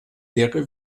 leere